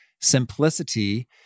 simplicity